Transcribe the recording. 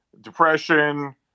Depression –